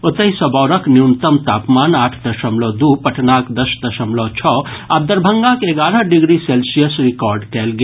ओतहि सबौरक न्यूनतम तापमान आठ दशमलव दू पटनाक दस दशमलव छओ आ दरभंगाक एगारह डिग्री सेल्सियस रिकॉर्ड कयल गेल